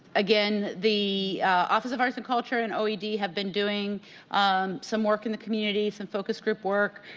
again, the office of arts and culture and oed have been doing um some work in the community, some focus group work,